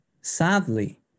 Sadly